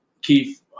Keith